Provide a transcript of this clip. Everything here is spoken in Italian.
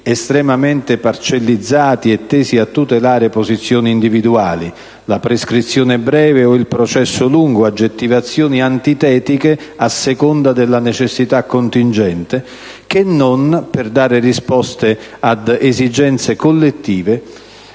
estremamente parcellizzati e tesi a tutelare posizioni individuali (la prescrizione breve o il processo lungo: aggettivazioni antitetiche a seconda della necessità contingente) che per dare risposte ad esigenze collettive